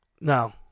No